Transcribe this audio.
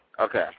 Okay